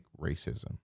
racism